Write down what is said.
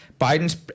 biden's